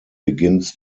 begins